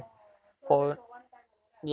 orh so just for one time only lah